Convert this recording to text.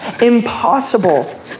impossible